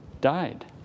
died